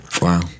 Wow